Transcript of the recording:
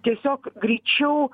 tiesiog greičiau